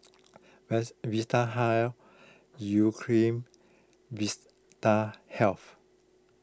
Vitahealth Urea Cream and Vistahealth